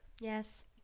Yes